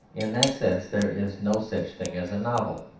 in that sense there is no such thing as a novel.